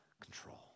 control